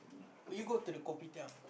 will you go to the kopitiam